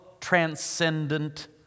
transcendent